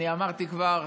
אני אמרתי כבר